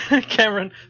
Cameron